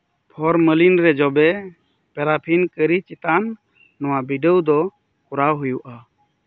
formalin ᱨᱮ ᱡᱚᱵᱮ paraffin ᱠᱟᱹᱨᱤ ᱪᱮᱛᱟᱱ ᱱᱚᱣᱟ ᱵᱤᱰᱟᱹᱣ ᱫᱚ ᱠᱚᱨᱟᱣ ᱦᱩᱭᱩᱜᱼᱟ